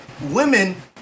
women